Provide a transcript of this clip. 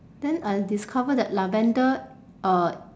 then I discover that lavender uh